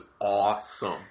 awesome